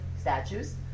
statues